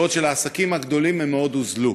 בעוד שלעסקים הגדולים הן מאוד הוזלו.